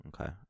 Okay